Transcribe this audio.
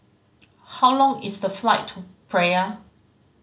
how long is the flight to Praia